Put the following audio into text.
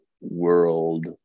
world